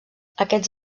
aquests